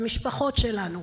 למשפחות שלנו.